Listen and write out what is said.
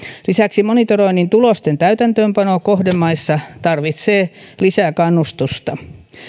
lisäksi monitoroinnin tulosten täytäntöönpano kohdemaissa tarvitsee lisää kannustusta